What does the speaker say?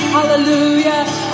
Hallelujah